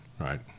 right